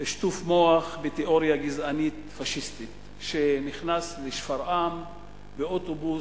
שטוף מוח בתיאוריה גזענית פאשיסטית שנכנס לשפרעם באוטובוס,